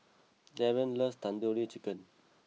Darien loves Tandoori Chicken